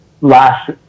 last